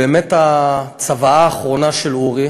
באמת, הצוואה האחרונה של אורי,